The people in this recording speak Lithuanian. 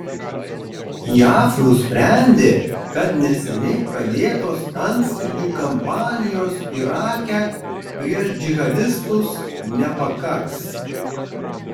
jav nusprendė kad neseniai pradėtos antskrydžių kampanijos irake prieš džihadistus nepakaks